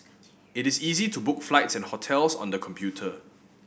it is easy to book flights and hotels on the computer